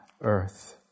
earth